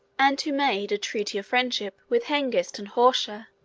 and who made a treaty of friendship with hengist and horsa,